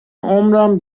عمرم